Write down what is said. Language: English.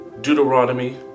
deuteronomy